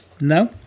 no